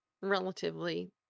relatively